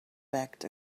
backed